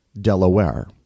Delaware